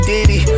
Diddy